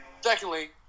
Secondly